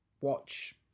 watch